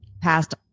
passed